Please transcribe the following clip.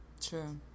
True